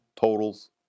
totals